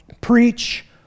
Preach